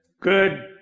good